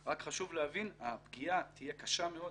רק חשוב להבין שהפגיעה תהיה קשה מאוד,